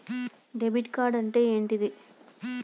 Debit card అంటే ఏంటిది?